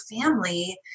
family